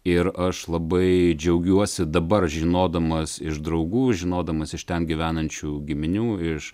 ir aš labai džiaugiuosi dabar žinodamas iš draugų žinodamas iš ten gyvenančių giminių iš